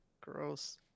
Gross